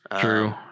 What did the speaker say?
true